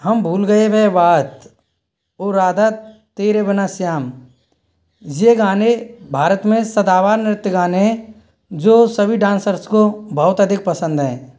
हम भूल गए वह बात ओ राधा तेरे बिना श्याम यह गाने भारत में सदाबहार नृत्य गाने जो सभी डाँसर्स को बहुत अधिक पसंद हैं